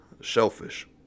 shellfish